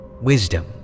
Wisdom